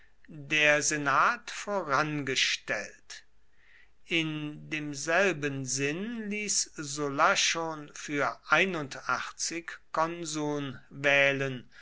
der senat vorangestellt in demselben sinn ließ sulla schon für konsuln wählen